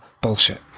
bullshit